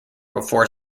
before